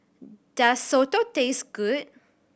does soto taste good